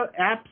apps